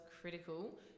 critical